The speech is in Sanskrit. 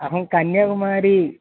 अहं कन्याकुमारी